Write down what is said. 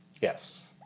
Yes